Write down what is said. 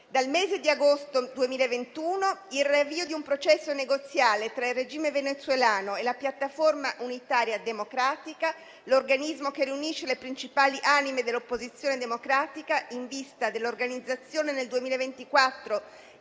dal mese di agosto 2021, di un processo negoziale tra il regime venezuelano e la Piattaforma unitaria democratica, l'organismo che riunisce le principali anime dell'opposizione democratica, in vista dell'organizzazione nel 2024